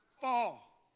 fall